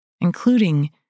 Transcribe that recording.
including